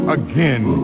again